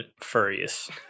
furious